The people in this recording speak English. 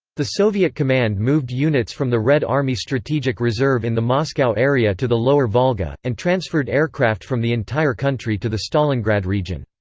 the soviet command moved units from the red army strategic reserve in the moscow area to the lower volga, and transferred aircraft from the entire country to the stalingrad region.